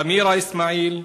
סמירה אסמאעיל,